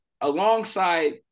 alongside